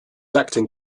acting